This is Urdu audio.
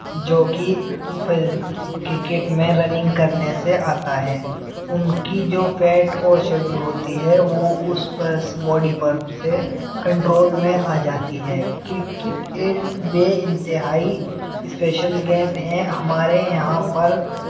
جو کہ کرکٹ میں رننگ کرنے سے آتا ہے ان کی جو فیٹ اورچربی ہوتی ہے وہ اس پر باڈی پر سے کنٹرول میں آ جاتی ہے کرکٹ ایک بے انتہائی اسپیشل گیم ہے ہمارے یہاں پر